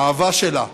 האהבה שלה